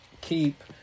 keep